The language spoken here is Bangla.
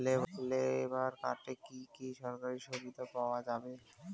লেবার কার্ডে কি কি সরকারি সুবিধা পাওয়া যাবে?